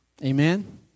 Amen